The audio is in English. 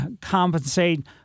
compensate